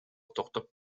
токтоп